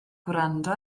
gwrando